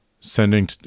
sending